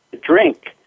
drink